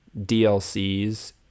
dlcs